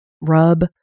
rub